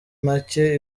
make